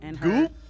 Goop